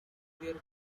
duty